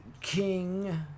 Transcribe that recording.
King